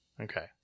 Okay